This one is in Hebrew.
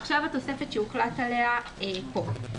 עכשיו התוספת שהחולט עליה פה.